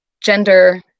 gender